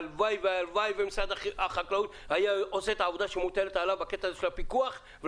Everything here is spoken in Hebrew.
הלוואי שמשרד החקלאות היה עושה את העבודה שמוטלת עליו בקטע של הפיקוח.